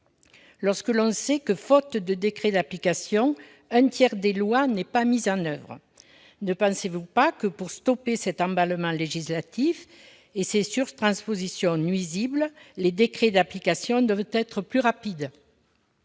Lorsque l'on sait que, faute de décrets d'application, un tiers des lois n'est pas mis en oeuvre, ne pensez-vous pas que, pour faire cesser cet emballement législatif et ces surtranspositions nuisibles, la parution des décrets d'application doit être plus rapide ?